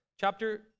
chapter